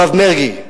הרב מרגי,